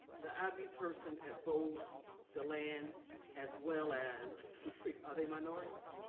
the ib person at both deland as well as spruce creek, are they minorities?